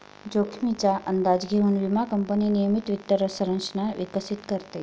जोखमीचा अंदाज घेऊन विमा कंपनी नियमित वित्त संरचना विकसित करते